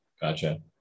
Gotcha